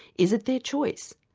is it their choice?